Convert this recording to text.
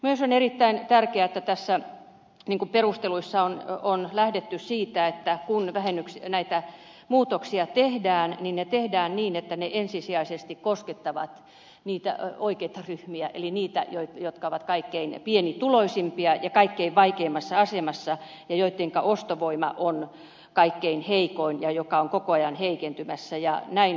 myös on erittäin tärkeätä että tässä perusteluissa on lähdetty siitä että kun näitä muutoksia tehdään niin ne tehdään niin että ne ensisijaisesti koskettavat niitä oikeita ryhmiä eli niitä jotka ovat kaikkein pienituloisimpia ja kaikkein vaikeimmassa asemassa ja joittenka ostovoima on kaikkein heikoin ja koko ajan heikentymässä